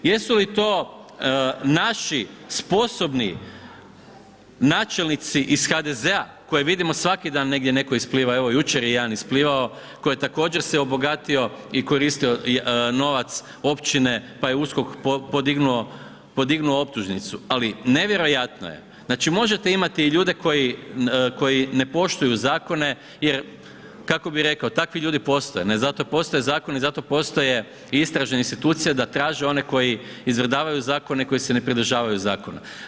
Jesu li to naši sposobni načelnici iz HDZ-a koje vidimo svaki dan negdje netko ispliva, evo jučer je jedan isplivao koji je također se obogatio i koristio novac općine pa je USKOK podignuo, podignuo optužnicu, ali nevjerojatno je, znači možete imati i ljude koji ne poštuju zakone jer kako bi rekao takvi ljudi postoje, ne, zato postoje zakoni, zato postoje i istražne institucije da traže one koji izvrdavaju zakone i koji se ne pridržavaju zakona.